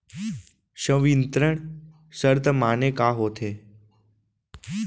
संवितरण शर्त माने का होथे?